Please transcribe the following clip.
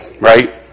right